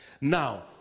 Now